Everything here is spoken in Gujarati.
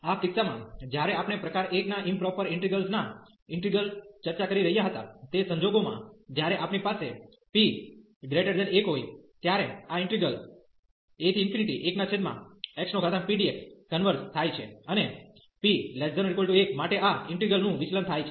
આ કિસ્સામાં જ્યારે આપણે પ્રકાર 1 ના ઈમપ્રોપર ઇન્ટિગ્રેલ્સ ના ઈન્ટિગ્રલ ચર્ચા કરી રહ્યા હતા તે સંજોગોમાં જ્યારે આપણી પાસે p 1 હોય ત્યારે આ ઈન્ટિગ્રલ a1xpdx કન્વર્ઝ થાય છે અને p≤1 માટે આ ઈન્ટિગ્રલ નું વિચલન થાય છે